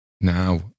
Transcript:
Now